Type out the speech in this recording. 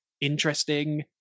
interesting